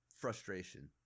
frustration